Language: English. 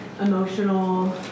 emotional